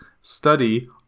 study